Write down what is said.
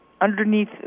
underneath